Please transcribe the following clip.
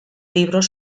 libros